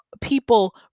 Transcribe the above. people